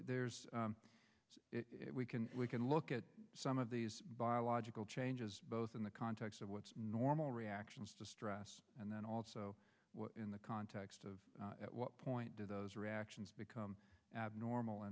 t we can we can look at some of these biological changes both in the context of what's normal reactions to stress and then also in the context of at what point do those reactions become abnormal